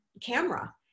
camera